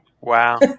Wow